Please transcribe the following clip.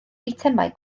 eitemau